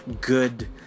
good